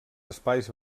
espais